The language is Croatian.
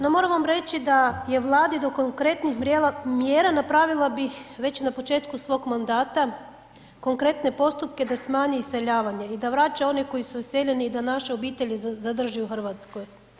No moram vam reći da je Vladi do konkretnih mjera napravila bi već na početku svog mandata konkretne postupke da smanji iseljavanje i da vraća one koji su iseljeni i da naše obitelji zadrži u Hrvatskoj.